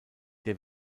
der